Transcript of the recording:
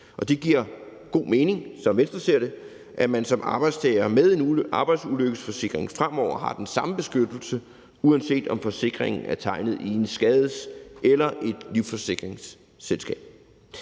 Venstre ser det, at man som arbejdstager med en arbejdsulykkesforsikring fremover har den samme beskyttelse, uanset om forsikringen er tegnet i et skadesforsikringsselskab